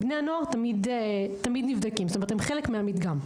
בני הנוער תמיד נבדקים, הם חלק מהמדגם.